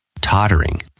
Tottering